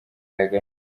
agahinda